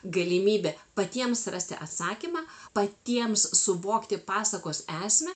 galimybė patiems rasti atsakymą patiems suvokti pasakos esmę